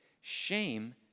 Shame